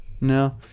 No